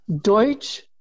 Deutsch